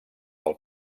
del